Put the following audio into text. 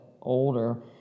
older